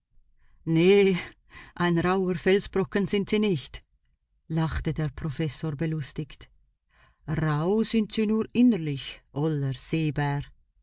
nee ein rauher felsbrocken sind sie nicht lachte der professor belustigt rauh sind sie nur innerlich oller seebär